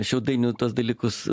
aš jau dainiau tuos dalykus